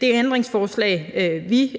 det ændringsforslag, som vi